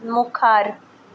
मुखार